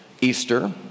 Easter